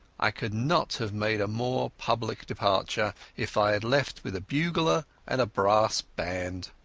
i could not have made a more public departure if i had left with a bugler and a brass band.